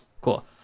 Cool